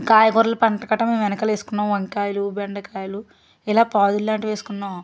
కాయగూరలు పంట కట మేము వెనకాల వేసుకున్నాం వంకాయలు బెండకాయలు ఇలా పాదుల లాంటివి వేసుకున్నాం